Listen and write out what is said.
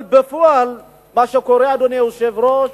אבל בפועל מה שקורה, אדוני היושב-ראש,